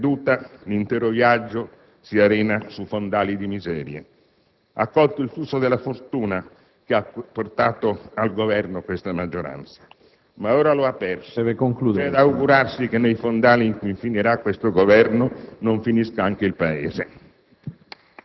perduta, l'intero viaggio si arena su fondali di miserie». Ha colto il flusso della fortuna che ha portato al Governo questa maggioranza. Ma ora lo ha perso. C'è da augurarsi che nei fondali in cui finirà questo Governo non finisca anche il Paese.